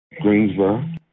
Greensboro